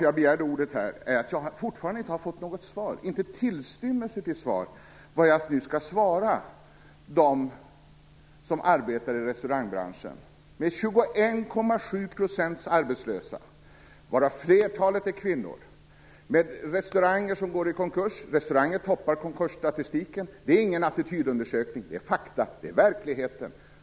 Jag begärde ordet igen därför att jag fortfarande inte har fått tillstymmelse till svar på vad jag nu skall säga till dem som arbetar inom restaurangbranschen, som har 21,7 % arbetslösa, varav flertalet är kvinnor, och inom vilken restauranger nu går i konkurs. Restauranger toppar konkursstatistiken. Det är ingen attitydundersökning - det är fakta och verklighet.